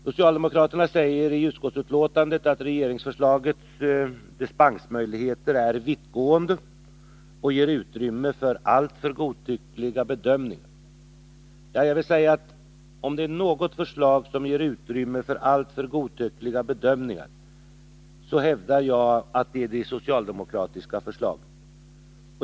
Socialdemokraterna säger i utskottsbetänkandet att regeringsförslagets dispensmöjligheter är vittgående och ger utrymme för alltför godtyckliga bedömningar. Om det är något förslag som ger utrymme för alltför godtyckliga bedömningar, så är det — hävdar jag — det socialdemokratiska förslaget.